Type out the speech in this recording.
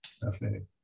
Fascinating